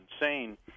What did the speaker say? insane